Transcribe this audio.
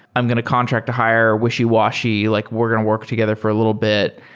i'm going to contract to hire, wishy-washy like we're going to work together for a little bit,